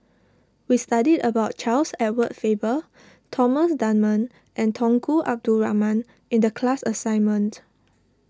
we studied about Charles Edward Faber Thomas Dunman and Tunku Abdul Rahman in the class assignment